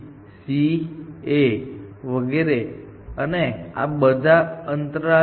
અહીં T C G T C G આ બધું જ ગોઠવાઈ રહ્યું છે